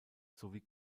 sowie